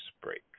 break